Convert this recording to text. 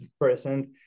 present